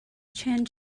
chen